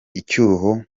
icyuho